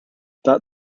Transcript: that